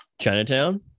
Chinatown